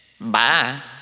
Bye